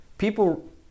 People